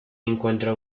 encuentra